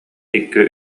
икки